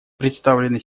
представленный